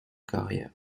carrière